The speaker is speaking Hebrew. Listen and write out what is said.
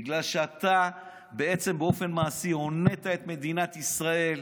בגלל שאתה בעצם באופן מעשי הונית את מדינת ישראל.